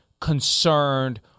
concerned